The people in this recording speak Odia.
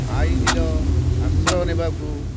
ଆଇନର ଆଶ୍ରୟ ନେବାକୁ